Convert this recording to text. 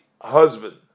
husband